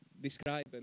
describe